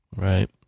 Right